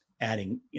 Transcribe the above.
adding